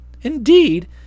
Indeed